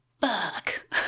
fuck